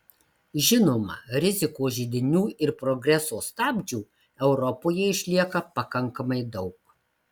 žinoma rizikos židinių ir progreso stabdžių europoje išlieka pakankamai daug